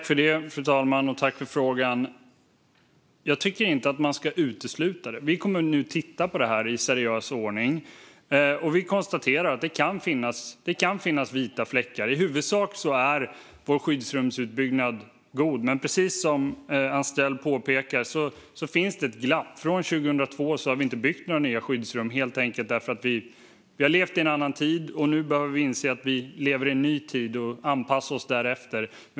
Fru talman! Jag tackar för frågan. Jag tycker inte att man ska utesluta det. Vi kommer nu att titta på detta i seriös ordning. Och vi konstaterar att det kan finnas vita fläckar. I huvudsak är vår skyddsrumsutbyggnad god, men precis som Anstrell påpekar finns det ett glapp. Sedan 2002 har vi inte byggt några nya skyddsrum, helt enkelt därför att vi har levt i en annan tid. Nu behöver vi inse att vi lever i en ny tid och anpassa oss därefter.